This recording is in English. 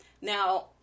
Now